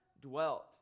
dwelt